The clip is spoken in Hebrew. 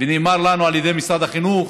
ונאמר לנו על ידי משרד החינוך